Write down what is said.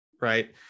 right